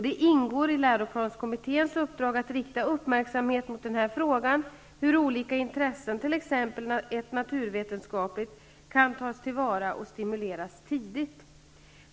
Det ingår i läroplanskommitténs uppdrag att rikta uppmärksamhet mot frågan hur olika intressen, t.ex. ett naturvetenskapligt, kan tas tillvara och stimuleras tidigt.